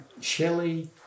Shelley